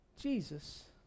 Jesus